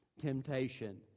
Temptation